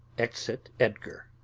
exit edgar.